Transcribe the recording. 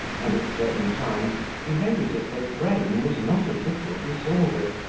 and at certain times behaved as if her brain was not a little disordered.